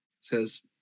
says